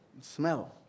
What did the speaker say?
smell